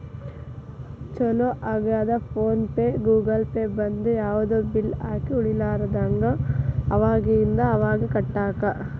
ಚೊಲೋ ಆಗ್ಯದ PhonePe Google Pay ಬಂದು ಯಾವ್ದು ಬಿಲ್ ಬಾಕಿ ಉಳಿಲಾರದಂಗ ಅವಾಗಿಂದ ಅವಾಗ ಕಟ್ಟಾಕ